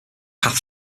path